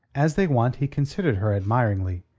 as they went, he considered her admiringly,